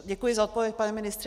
Děkuji za odpověď, pane ministře.